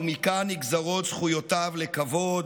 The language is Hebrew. ומכאן נגזרות זכויותיו לכבוד,